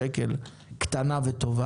הזוגות האלה לוקחים הלוואות,